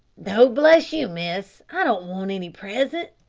though bless you, miss, i don't want any present.